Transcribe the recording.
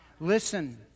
Listen